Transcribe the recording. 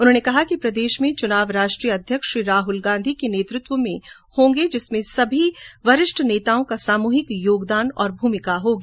उन्होंने कहा कि प्रदेश में चुनाव राष्ट्रीय अध्यक्ष श्री राहुल गॉधी के नेतृत्व में होंगे जिसमें सभी वरिष्ठ नेताओं का सामूहिक योगदान और भूमिका होगी